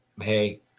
Hey